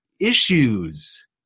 issues